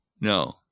No